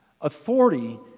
Authority